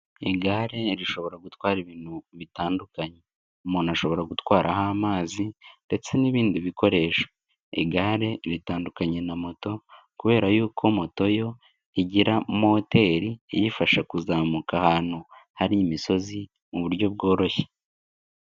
Igare rishobora gutwara ibintu bitandukanye. Umuntu ashobora gutwararaho amazi ndetse n'ibindi bikoresho. Igare ritandukanye na moto kubera yuko moto yo igira moteri iyifasha kuzamuka ahantu hari imisozi mu buryo bworoshye.